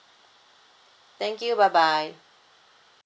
thank you bye bye